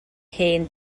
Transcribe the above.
hen